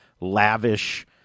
lavish